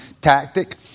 tactic